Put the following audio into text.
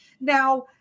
Now